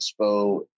expo